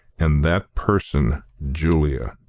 and that person julia.